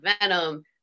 venom